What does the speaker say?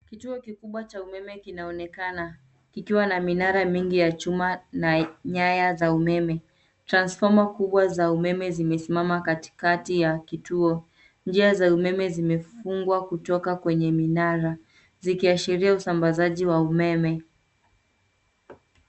Kituo kikubwa cha umeme kinaonekana kikiwa na minara mingi ya chuma na nyaya za umeme. Transfoma kubwa za umeme zimesimama katikati ya kituo. Njia za umeme zimefungwa kutoka kwenye minara zikiashiria usambazaji wa umeme.